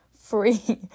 free